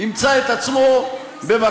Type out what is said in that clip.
ימצא את עצמו במקום